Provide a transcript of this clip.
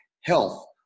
health